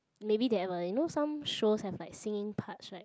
maybe they have a you know some shows have like singing parts right